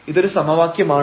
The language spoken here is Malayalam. ഇതൊരു സമവാക്യമാണ്